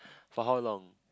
so how long